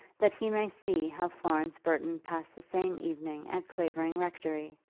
that he may see how florence burton passed the same evening at clavering rectory.